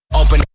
open